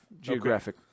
geographic